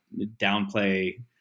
downplay